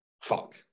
Fuck